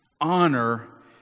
honor